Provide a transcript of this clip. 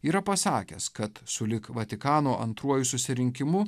yra pasakęs kad sulig vatikano antruoju susirinkimu